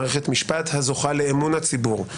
מערכת משפט הזוכה לאמון הציבור,